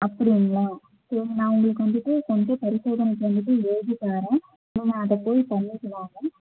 அப்படிங்களா சரி நான் உங்களுக்கு வந்துட்டு கொஞ்சம் பரிசோதனை செஞ்சுட்டு எழுதி தரேன் நீங்கள் அதை போய் பண்ணிவிட்டு வாங்க